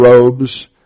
robes